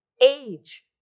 Age